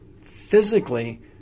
physically